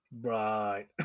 Right